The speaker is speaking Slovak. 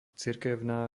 cirkevná